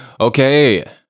Okay